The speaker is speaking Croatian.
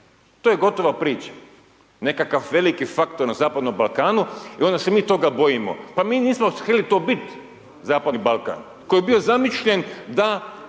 to je gotova priča, nekakav veliki faktor na zapadnom Balkanu i onda se mi toga bojimo, pa mi nismo htjeli to biti, zapadni Balkan, koji je bio zamišljen da